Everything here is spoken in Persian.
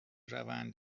روند